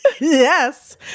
yes